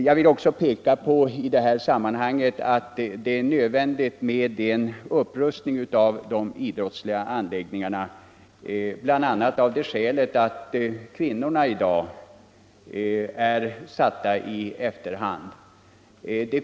Jag vill i detta sammanhang även framhålla att det är nödvändigt med en upprustning av de idrottsliga anläggningarna, bl.a. av det skälet att kvinnorna är satta i efterhand.